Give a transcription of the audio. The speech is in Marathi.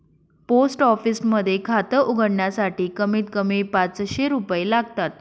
पोस्ट ऑफिस मध्ये खात उघडण्यासाठी कमीत कमी पाचशे रुपये लागतात